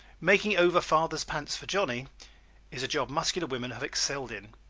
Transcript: making over father's pants for johnnie is a job muscular women have excelled in